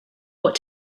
what